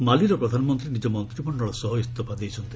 ମାଲିର ପ୍ରଧାନମନ୍ତ୍ରୀ ନିଜ ମନ୍ତ୍ରିମଣ୍ଡଳ ସହ ଇସ୍ତଫା ଦେଇଛନ୍ତି